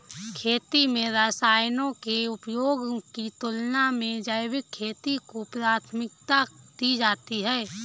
खेती में रसायनों के उपयोग की तुलना में जैविक खेती को प्राथमिकता दी जाती है